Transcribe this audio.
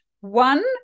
One